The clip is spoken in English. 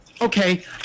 Okay